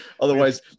otherwise